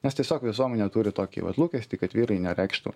nes tiesiog visuomenė turi tokį vat lūkestį kad vyrai nereikštų